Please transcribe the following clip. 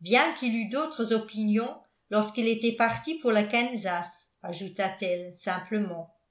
bien qu'il eût d'autres opinions lorsqu'il était parti pour le kansas ajouta-t-elle simplement